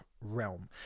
realm